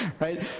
right